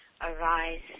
arise